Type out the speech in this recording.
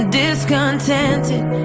discontented